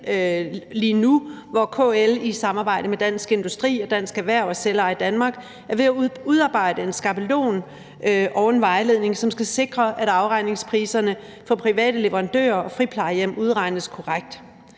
lige nu, hvor KL i samarbejde med Dansk Industri, Dansk Erhverv og Selveje Danmark er ved at udarbejde en skabelon og en vejledning, som skal sikre, at afregningspriserne for private leverandører og friplejehjem udregnes korrekt.